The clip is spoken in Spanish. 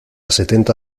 setenta